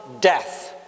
death